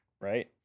Right